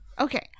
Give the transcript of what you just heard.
Okay